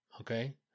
Okay